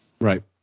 Right